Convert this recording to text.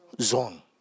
zone